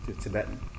Tibetan